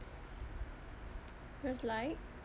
cause like